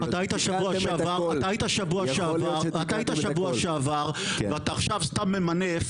אתה היית שבוע שעבר ואתה עכשיו סתם ממנף